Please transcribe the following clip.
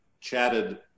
chatted